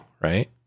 right